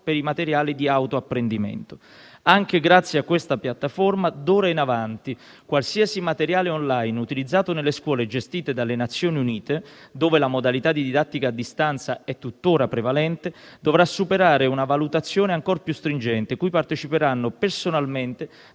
per i materiali di autoapprendimento. Anche grazie a questa piattaforma, d'ora in avanti, qualsiasi materiale *online* utilizzato nelle scuole gestite dalle Nazioni Unite, dove la modalità di didattica a distanza è tutt'ora prevalente, dovrà superare una valutazione ancora più stringente, cui parteciperanno personalmente